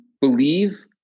believe